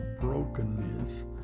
brokenness